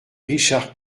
richard